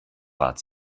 bat